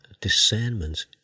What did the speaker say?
discernment